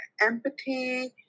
empathy